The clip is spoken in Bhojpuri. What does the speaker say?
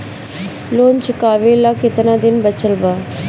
लोन चुकावे ला कितना दिन बचल बा?